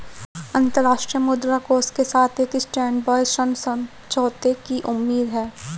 अंतर्राष्ट्रीय मुद्रा कोष के साथ एक स्टैंडबाय ऋण समझौते की उम्मीद है